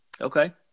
Okay